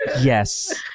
Yes